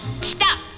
Stop